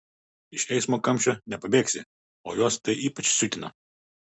iš eismo kamščio nepabėgsi o juos tai ypač siutina